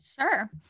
Sure